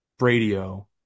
radio